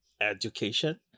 education